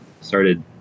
started